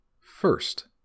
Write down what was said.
First